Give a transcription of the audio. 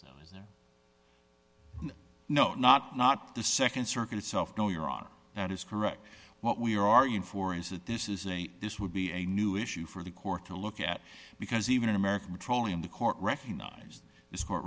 t is there no not not the nd circuit itself no your honor that is correct what we're arguing for is that this is a this would be a new issue for the court to look at because even in american petroleum the court recognized this court